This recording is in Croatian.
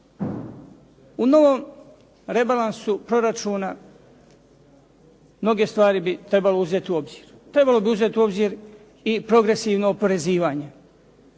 U novom rebalansu proračuna mnoge stvari bi trebalo u obzir. Trebalo bi uzeti u obzir i progresivno oporezivanje.